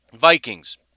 vikings